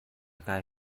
kai